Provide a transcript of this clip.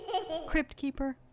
Cryptkeeper